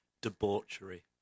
Debauchery